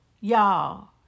y'all